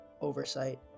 oversight